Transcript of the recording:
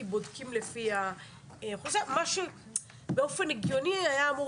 כי בודקים לפי -- מה שבאופן הגיוני אמור